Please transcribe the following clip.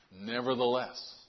Nevertheless